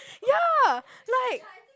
ya like